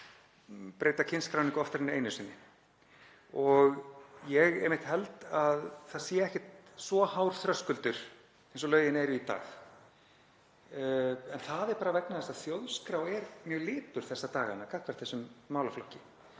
breyta kynskráningu oftar en einu sinni. Ég held að það sé ekkert svo hár þröskuldur eins og lögin eru í dag. En það er bara vegna þess að þjóðskrá er mjög lipur þessa dagana gagnvart þessum málaflokki.